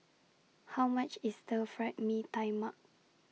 How much IS Stir Fried Mee Tai Mak